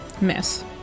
Miss